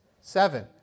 Seven